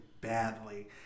badly